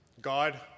God